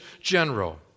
general